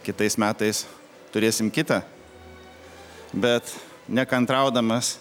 kitais metais turėsim kitą bet nekantraudamas